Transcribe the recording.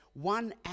One